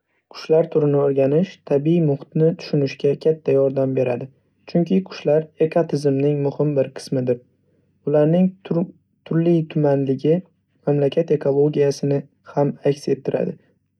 Qushlar turini o‘rganish tabiiy muhitni tushunishga katta yordam beradi, chunki qushlar ekotizimning muhim bir qismidir. Ularning tur-turli-tumanligi mamlakat ekologiyasini ham aks ettiradi.